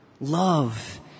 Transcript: love